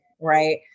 right